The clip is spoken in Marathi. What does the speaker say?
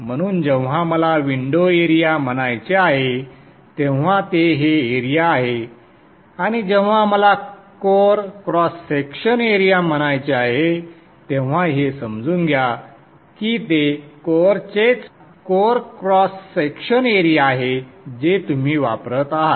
म्हणून जेव्हा मला विंडो एरिया म्हणायचे आहे तेव्हा ते हे एरिया आहे आणि जेव्हा मला कोअर क्रॉस सेक्शन एरिया म्हणायचे आहे तेव्हा हे समजून घ्या की ते कोअरचेच कोअर क्रॉस सेक्शन एरिया आहे जे तुम्ही वापरत आहात